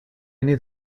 need